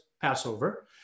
Passover